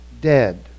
dead